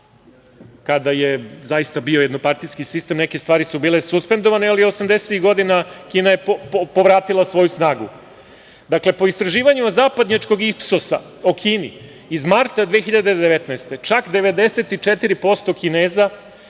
kada je zaista bio jednopartijski sistem, neke stvari su bile suspendovane, ali 80-ih godina Kina je povratila svoju snagu. Dakle, po istraživanjima zapadnjačkog IPSOS-a o Kini, iz marta 2019. godine, čak 94% Kineza